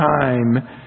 time